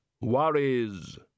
worries